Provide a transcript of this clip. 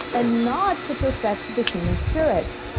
and not to perfect the human spirit